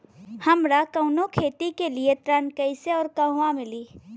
हमरा कवनो खेती के लिये ऋण कइसे अउर कहवा मिली?